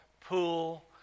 pool